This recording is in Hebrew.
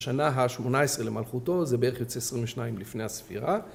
שנה ה-18 למלכותו זה בערך יוצא 22 לפני הספירה.